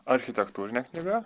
architektūrinė knyga